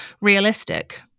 realistic